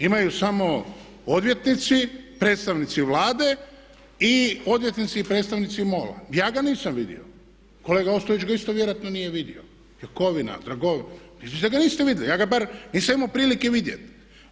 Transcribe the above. Imaju samo odvjetnici, predstavnici Vlade i odvjetnici i predstavnici MOL-a, ja ga nisam vidio, kolega Ostojić ga isto vjerojatno nije vidio, Jakovina, Dragovan, vidite da ga niste vidjeli, ja ga barem nisam imao prilike vidjeti.